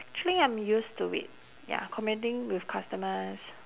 actually I'm used to it ya communicating with customers